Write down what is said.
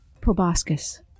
Proboscis